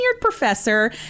professor